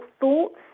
thoughts